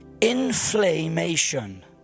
inflammation